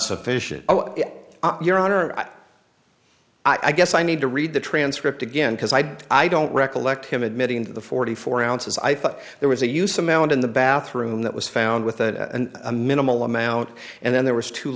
sufficient your honor that i guess i need to read the transcript again because i i don't recollect him admitting to the forty four ounces i thought there was a use amount in the bathroom that was found with it and a minimal amount and then there was two